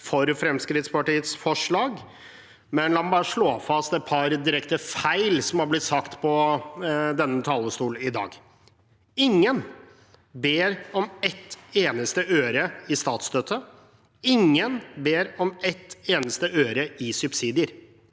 for Fremskrittspartiets forslag, men la meg bare slå fast et par direkte feil som har blitt sagt på denne talerstolen i dag: Ingen ber om et eneste øre i statsstøtte. Ingen ber om et eneste øre i subsidier.